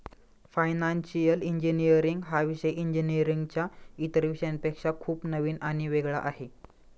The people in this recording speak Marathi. फायनान्शिअल इंजिनीअरिंग हा विषय इंजिनीअरिंगच्या इतर विषयांपेक्षा खूप नवीन आणि वेगळा आहे